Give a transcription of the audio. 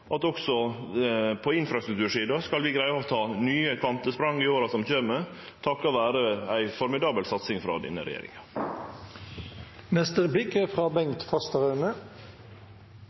at vi også på infrastruktursida skal greie å ta nye kvantesprang i åra som kjem – takk vere ei formidabel satsing frå denne